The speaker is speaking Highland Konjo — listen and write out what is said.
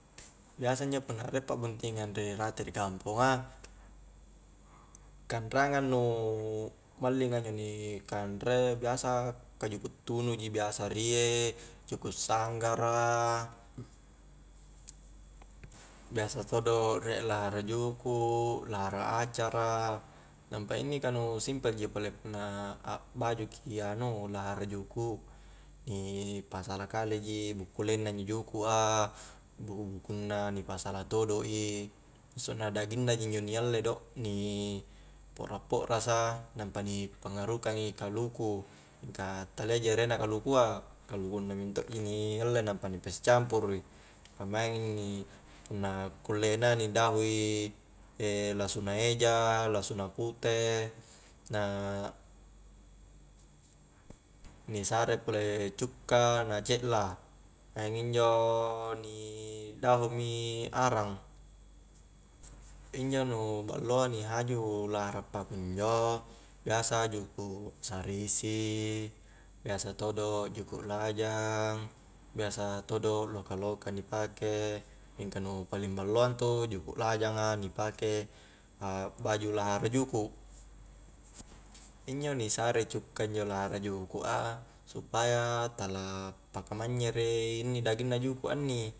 Biasa njo punna riek pa buntingang ri rete ri kamponga kanreangang nu mallinga injo ni kanre biasa ka juku tunu ji biasa riek, juku' sanggara biasa todo' riek lahara juku', lahara acara, nampa inni ka nu simpel ji pole punna akbaju ki anu lahara juku' ni pasala kale ji bukkuleng na injo juku' a buku-bukunna ni pasala todo i massuna daging na ji injo ni alle do, ni po'ra-porasa nampa ni pangarukang i kaluku mingka tania ji ere na kalukua kalukunna mento'ji ni alle nampa ni pasi campuru i ka maingi punna kule na ni dahui lasuna eja, lasuna pute na ni sare pole cukka na ce'la, maing injo ni dahu mi arang injo nu balloa ni haju lahara pakunjo biasa juku sarisi biasa todo juku' lajang, biasa todo' loka-loka ni pake mingka nu paling balloa intu juku' lajanga ni pake a'baju lahara juku' injo ni sare cukka injo lahara juku' a supaya tala paka manyyere inni daging na juku' a inni